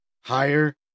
higher